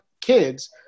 kids